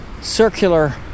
circular